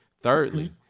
Thirdly